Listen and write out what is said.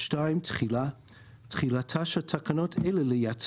תחילה 2. תחילתן של תקנות אלה לעניין